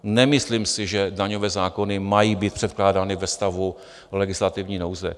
Nemyslím si, že daňové zákony mají být předkládány ve stavu legislativní nouze.